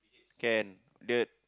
can the